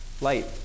light